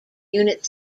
unit